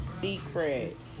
secret